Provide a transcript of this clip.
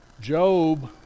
Job